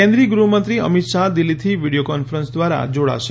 કેન્દ્રીય ગૃહમંત્રી અમિત શાહ દિલ્હીથી વિડીયો કોન્ફરન્સ દ્વારા જોડાશે